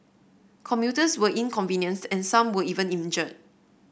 commuters were inconvenienced and some were even injured